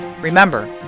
Remember